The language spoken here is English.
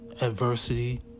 adversity